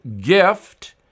gift